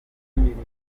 indirimbo